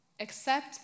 Accept